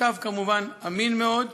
הקו, כמובן, אמין מאוד.